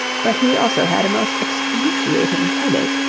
but he also had a most excruciating headache,